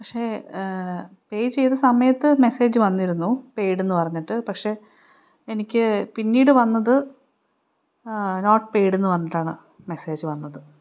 പക്ഷേ പേ ചെയ്ത സമയത്ത് മെസ്സേജ് വന്നിരുന്നു പെയ്ഡ് എന്ന് പറഞ്ഞിട്ട് പക്ഷേ എനിക്ക് പിന്നീട് വന്നത് നോട്ട് പെയ്ഡ് എന്ന് പറഞ്ഞിട്ടാണ് മെസ്സേജ് വന്നത്